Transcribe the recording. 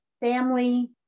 family